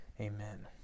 amen